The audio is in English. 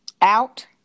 out